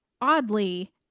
oddly